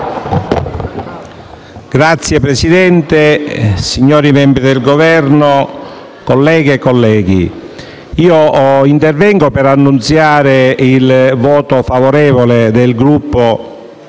Signor Presidente, signori membri del Governo, colleghe e colleghi, intervengo per annunziare il voto favorevole del Gruppo